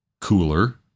cooler